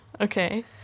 Okay